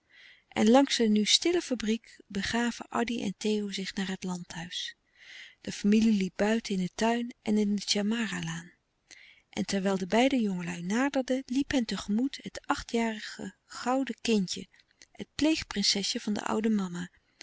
de nu stille fabriek begaven addy en theo zich naar het landhuis de familie liep buiten in den tuin en in de tjemara laan en terwijl de beide jongelui naderden liep hen tegemoet het achtjarige gouden kindje het pleegprinsesje van de oude mama